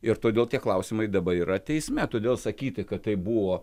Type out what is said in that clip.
ir todėl tie klausimai dabar yra teisme todėl sakyti kad tai buvo